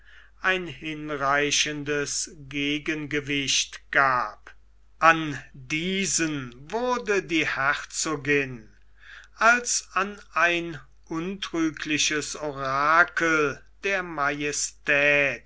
ein hinreichendes gegengewicht gab an diesen wurde die herzogin als an ein untrügliches orakel der